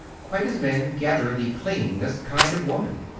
quite as men gather the clingingest kind of woman.